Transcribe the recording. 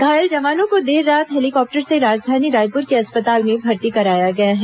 घायल जवानों को देर रात हेलीकॉप्टर से राजधानी रायपुर के अस्पताल में भर्ती कराया गया है